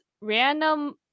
random